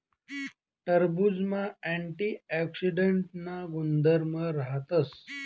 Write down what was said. टरबुजमा अँटीऑक्सीडांटना गुणधर्म राहतस